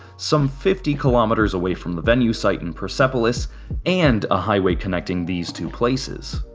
some fifty kilometers away from the venue site in persepolis and a highway connecting these two places.